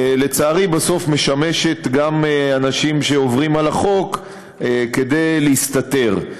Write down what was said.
לצערי בסוף משמשת גם אנשים שעוברים על החוק כדי להסתתר.